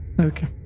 Okay